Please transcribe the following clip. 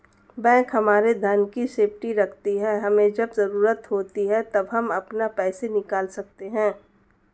bank हमारे धन की सेफ्टी रखती है हमे जब जरूरत होती है तब हम अपना पैसे निकल सकते है